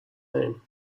name